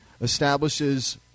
establishes